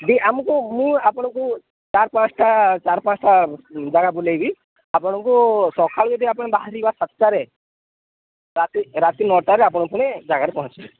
ଦି ଆମକୁ ମୁଁ ଆପଣଙ୍କୁ ଚାର ପାଞ୍ଚଟା ଚାର ପାଞ୍ଚଟା ଜାଗା ବୁଲେଇବି ଆପଣଙ୍କୁ ସକାଳୁ ଯଦି ଆପଣ ବାହାରିବା ସାତଟାରେ ରାତି ରାତି ନଅଟାରେ ଆପଣ ପୁଣି ଜାଗାରେ ପହଞ୍ଚିବେ